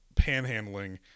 panhandling